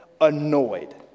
annoyed